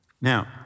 Now